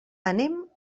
anem